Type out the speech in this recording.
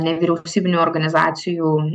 nevyriausybinių organizacijų